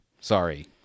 sorry